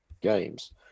games